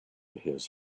his